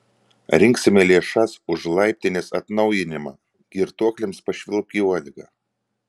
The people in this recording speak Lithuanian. rinksime lėšas už laiptinės atnaujinimą girtuokliams pašvilpk į uodegą